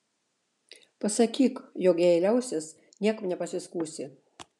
pasakyk jog jei liausis niekam nepasiskųsi